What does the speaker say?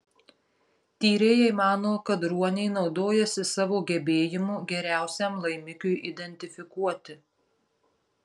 tyrėjai mano kad ruoniai naudojasi savo gebėjimu geriausiam laimikiui identifikuoti